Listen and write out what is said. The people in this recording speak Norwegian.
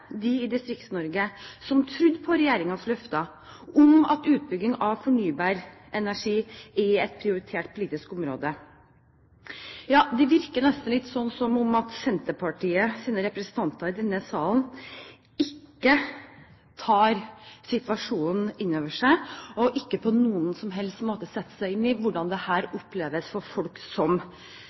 i DistriktsNorge som trodde på regjeringens løfter om at utbygging av fornybar energi er et prioritert politisk område. Det virker nesten som om Senterpartiets representanter i denne salen ikke tar situasjonen inn over seg, og ikke på noen som helst måte setter seg inn i hvordan dette oppleves for folk som